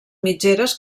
mitgeres